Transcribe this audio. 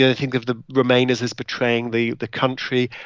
ah think of the remainers as betraying the the country.